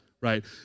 right